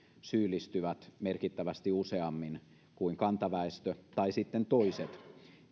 syyllistyvät merkittävästi useammin kuin kantaväestö tai toiset